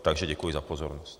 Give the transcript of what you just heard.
Takže děkuji za pozornost.